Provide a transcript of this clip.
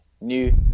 new